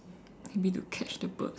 okay we need to catch the birds